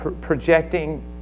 projecting